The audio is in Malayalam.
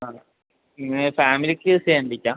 ആ ഇങ്ങ് ഫാമിലിക്ക് സ്റ്റേ ചെയ്യേണ്ടിയിട്ടാണ്